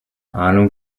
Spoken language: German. ahnung